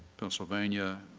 pennsylvania,